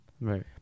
Right